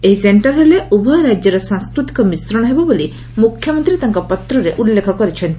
ଏହି ସେକ୍କର ହେଲେ ଉଭୟ ରାକ୍ୟର ସାଂସ୍କୃତିକ ମିଶ୍ରଣ ହେବ ବୋଲି ମୁଖ୍ୟମନ୍ତୀ ତାଙ୍କ ପତ୍ରରେ ଉଲ୍ଲେଖ କରିଛନ୍ତି